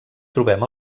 trobem